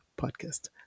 Podcast